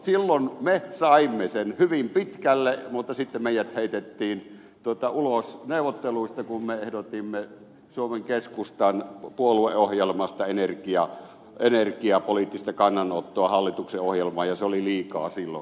silloin me saimme sen hyvin pitkälle mutta sitten meidät heitettiin ulos neuvotteluista kun me ehdotimme suomen keskustan puolueohjelmasta energiapoliittista kannanottoa hallituksen ohjelmaan ja se oli liikaa silloin keskustalle